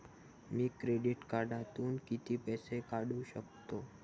मी credit कार्डातून किती पैसे काढू शकतो?